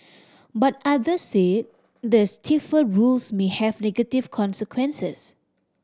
but others say the stiffer rules may have negative consequences